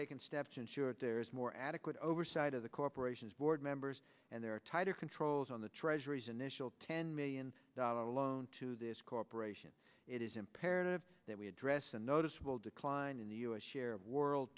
taken steps to ensure that there is more adequate oversight of the corporation's board members and there are tighter controls on the treasury's initial ten million dollar loan to this corporation it is imperative that we address a noticeable decline in the u s share of world